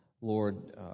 Lord